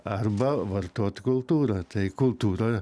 arba vartot kultūrą tai kultūra